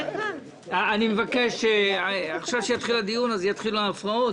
בבקשה, גב'.